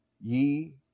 Ye